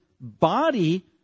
body